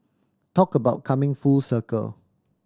talk about coming full circle